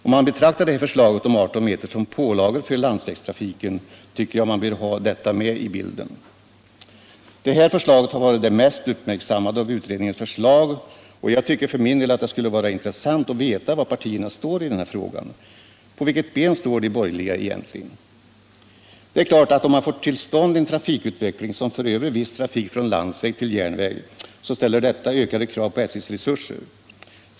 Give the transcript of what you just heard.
Om man betraktar förslaget om 18 meter som en pålaga för landsvägstrafiken, tycker jag man bör ha detta med i bilden. Det här förslaget har varit det mest uppmärksammade av utredningens förslag, och jag tycker för min del att det skulle vara intressant att veta vilken ståndpunkt partierna har i denna fråga. På vilket ben står de borgerliga egentligen? Det är klart att om man får till stånd en trafikutveckling som för över viss trafik ifrån landsväg till järnväg, så ställer detta ökade krav på SJ:s resurser.